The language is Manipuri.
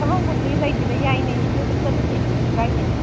ꯊꯕꯛꯄꯨꯗꯤ ꯂꯩꯇꯦꯗ ꯌꯥꯏꯅꯦ ꯆꯠꯂꯨꯁꯤꯅꯦ ꯀꯔꯤꯁꯨ ꯀꯥꯏꯗꯦꯅꯦ